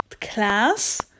class